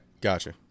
gotcha